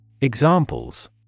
Examples